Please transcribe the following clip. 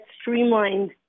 streamlined